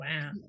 Wow